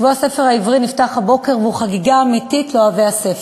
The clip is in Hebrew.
שבוע הספר העברי נפתח הבוקר והוא חגיגה אמיתית לאוהבי הספר.